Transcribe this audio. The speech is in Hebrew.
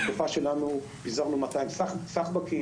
בתקופה שלנו פיזרנו 200 "סחבקים",